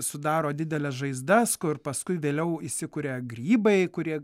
sudaro dideles žaizdas kur paskui vėliau įsikuria grybai kurie